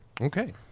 Okay